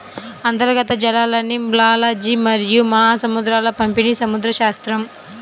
అంతర్గత జలాలలిమ్నాలజీమరియు మహాసముద్రాల పంపిణీసముద్రశాస్త్రం